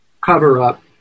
cover-up